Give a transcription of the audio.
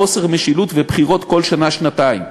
חוסר משילות ובחירות כל שנה-שנתיים.